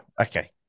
Okay